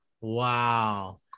wow